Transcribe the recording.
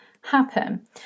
happen